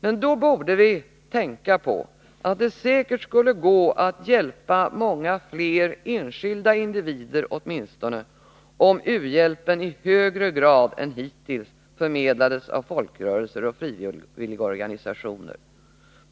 Men då borde vi tänka på att det säkert skulle gå att hjälpa åtminstone många fler enskilda individer om u-hjälpen i högre grad än hittills förmedlades av folkrörelser och frivilligorganisationer.